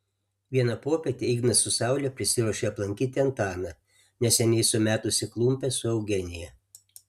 vieną popietę ignas su saule prisiruošė aplankyti antaną neseniai sumetusį klumpes su eugenija